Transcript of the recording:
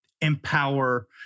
empower